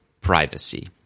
privacy